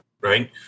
Right